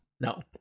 No